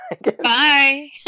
Bye